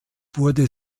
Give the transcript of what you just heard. wurde